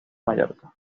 mallorca